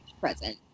present